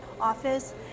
Office